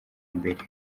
mbere